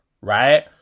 right